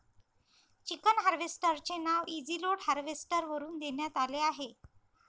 chicken harvester चे नाव easy load harvester वरून देण्यात आले आहे